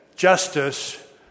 Justice